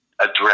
address